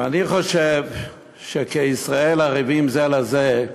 ואני חושב שכ"ישראל ערבים זה לזה"